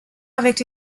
avec